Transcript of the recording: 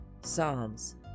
Psalms